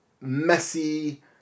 messy